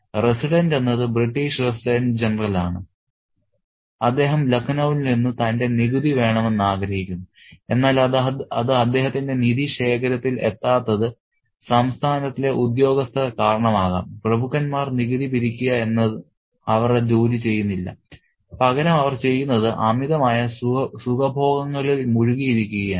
resident എന്നത് British resident ജനറലാണ് അദ്ദേഹം ലഖ്നൌവിൽ നിന്ന് തന്റെ നികുതി വേണമെന്ന് ആഗ്രഹിക്കുന്നു എന്നാൽ അത് അദ്ദേഹത്തിന്റെ നിധി ശേഖരത്തിൽ എത്താത്തത് സംസ്ഥാനത്തിലെ ഉദ്യോഗസ്ഥർ കാരണമാവാം പ്രഭുക്കന്മാർ നികുതി പിരിക്കുക എന്ന അവരുടെ ജോലി ചെയ്യുന്നില്ല പകരം അവർ ചെയ്യുന്നത് അമിതമായ സുഖഭോഗങ്ങളിൽ മുഴുകിയിരിക്കുകയാണ്